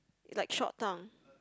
like short tongue